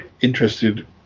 interested